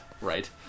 right